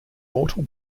mortal